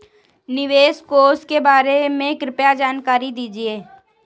निवेश कोष के बारे में कृपया जानकारी दीजिए